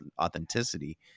authenticity